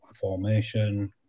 formation